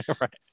right